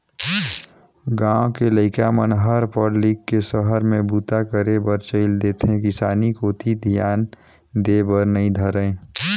गाँव के लइका मन हर पढ़ लिख के सहर में बूता करे बर चइल देथे किसानी कोती धियान देय बर नइ धरय